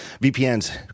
VPNs